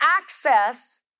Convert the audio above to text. access